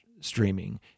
streaming